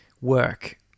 work